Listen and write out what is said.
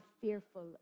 fearful